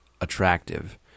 attractive